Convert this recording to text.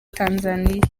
tanzania